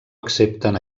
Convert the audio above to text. accepten